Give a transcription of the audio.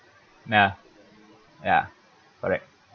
nah ya correct